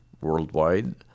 worldwide